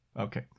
Okay